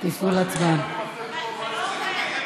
התשע"ז 2017,